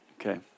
okay